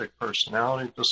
personality